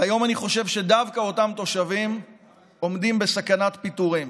והיום אני חושב שדווקא אותם תושבים עומדים בסכנת פיטורים.